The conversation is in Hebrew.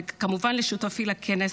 וכמובן לשותפי לכנס,